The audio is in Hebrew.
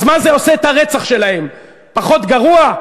אז מה, זה עושה את הרצח שלהם פחות גרוע?